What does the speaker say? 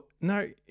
No